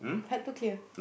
help to kill